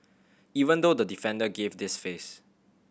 even though the defender gave this face